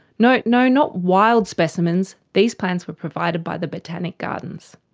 no, no not wild specimens, these plants were provided by the botanic gardens.